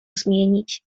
zmienić